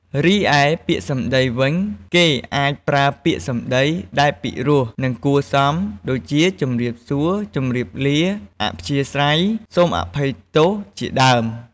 រីឯពាក្យសម្ដីវិញ គេអាចប្រើពាក្យសម្ដីដែលពិរោះ និងគួរសម ដូចជា ជំរាបសួរ ជំរាបលា អធ្យាស្រ័យ សូមអភ័យទោសជាដើម។